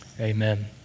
amen